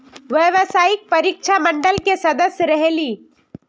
व्यावसायिक परीक्षा मंडल के सदस्य रहे ली?